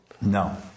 No